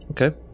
Okay